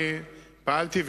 אני פעלתי,